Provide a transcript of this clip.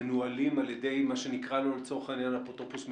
מנוהלים על ידי מי שנקרא לו לצורך העניין אפוטרופוס מקצועי,